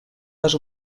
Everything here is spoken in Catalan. les